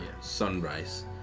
sunrise